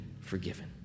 forgiven